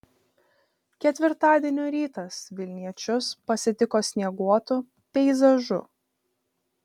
ketvirtadienio rytas vilniečius pasitiko snieguotu peizažu